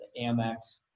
Amex